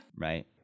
Right